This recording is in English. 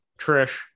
trish